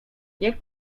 niech